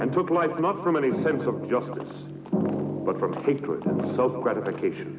and took life not from any sense of justice but from self gratification